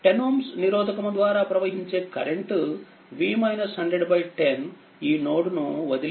10Ωనిరోధకము ద్వారా ప్రవహించేకరెంట్ 10 ఈ నోడ్ ను వదిలి వెళ్తుంది